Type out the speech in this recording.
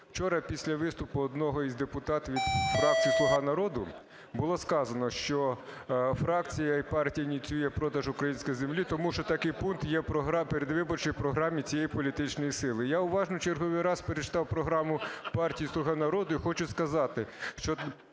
Вчора після виступу одного із депутатів від фракції "Слуга народу" було сказано, що фракція і партія ініціює продаж української землі, тому що такий пункт є в передвиборчій програмі цієї політичної сили. Я уважно в черговий раз перечитав програму партії "Слуга народу", і хочу сказати, що